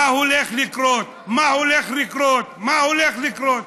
מה הולך לקרות, מה הולך לקרות, מה הולך לקרות?